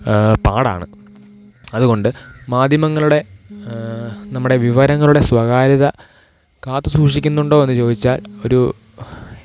പാടാണ് അതുകൊണ്ട് മാധ്യമങ്ങളുടെ നമ്മുടെ വിവരങ്ങളുടെ സ്വകാര്യത കാത്തു സൂക്ഷിക്കുന്നുണ്ടോയെന്നു ചോദിച്ചാല് ഒരു